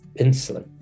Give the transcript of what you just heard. insulin